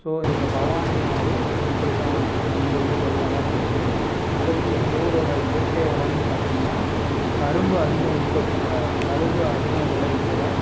so இந்த பவானி ஆறு இப்படி தான் எங்கள் ஊர் வழியாக தான் போகுது அடுத்து எங்கள் ஊரோட இயற்கை வளம்னு பார்த்திங்கன்னா கரும்பு அதிகம் உற்பத்தி கரும்பு அதிகம் விளை விக்கிறோம்